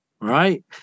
Right